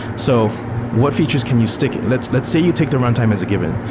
so what features can you stick let's let's say you take the runtime as a given.